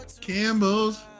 Campbell's